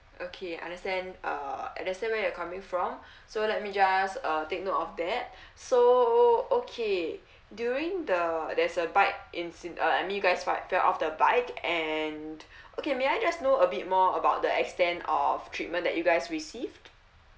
okay understand uh understand where you're coming from so let me just uh take note of that so okay during the there's a bike inci~ uh I mean you guys fell fell off the bike and okay may I just know a bit more about the extent of treatment that you guys received